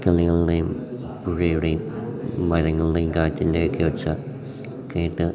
കിളികളുടെയും പുഴയുടേം മരങ്ങൾടേം കാറ്റിൻ്റെ ഒക്കെ ഒച്ച കേട്ട്